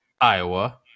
Iowa